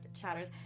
chatters